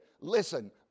listen